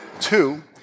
Two